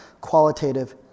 qualitative